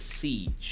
Siege